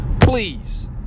Please